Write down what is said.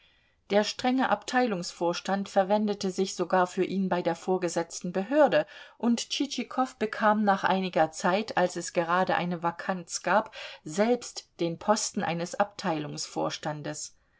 der strenge abteilungsvorstand verwendete sich sogar für ihn bei der vorgesetzten behörde und tschitschikow bekam nach einiger zeit als es gerade eine vakanz gab selbst den posten eines